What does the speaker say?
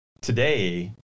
today